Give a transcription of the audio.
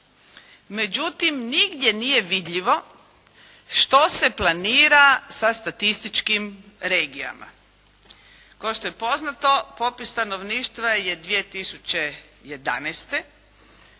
Međutim nigdje nije vidljivo što se planira sa statističkim regijama. Kao što je poznato, popis stanovništva je 2011.,